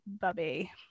Bubby